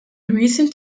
recent